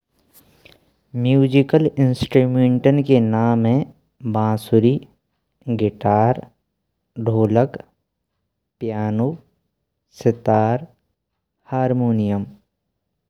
Musical instrument के नाम हैं बांसुरी, गिटार, ढोलक, पियानो, सितार, हारमोनियम।